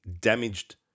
damaged